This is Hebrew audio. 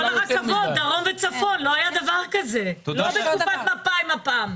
כל הרכבות מדרום לצפון לא היו בתקופת מפא"י ומפ"ם.